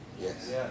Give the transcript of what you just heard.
Yes